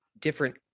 different